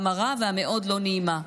המרה והמאוד לא נעימה,